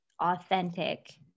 authentic